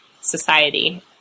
society